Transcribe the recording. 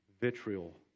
vitriol